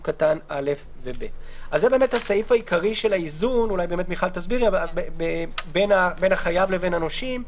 קטן (א) ו-(ב)." זה הסעיף העיקרי של האיזון בין החייב לבין הנושים.